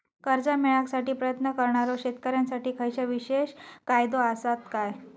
कर्जा मेळाकसाठी प्रयत्न करणारो शेतकऱ्यांसाठी खयच्या विशेष फायदो असात काय?